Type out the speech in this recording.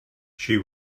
she